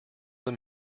them